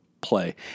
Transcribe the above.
play